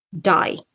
die